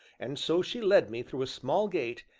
and so she led me through a small gate,